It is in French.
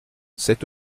c’est